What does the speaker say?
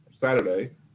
Saturday